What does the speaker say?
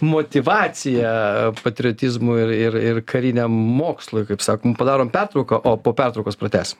motyvaciją patriotizmui ir ir ir kariniam mokslui kaip sakom padarom pertrauką o po pertraukos pratęsim